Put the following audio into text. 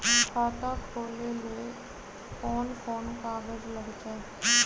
खाता खोले ले कौन कौन कागज लगतै?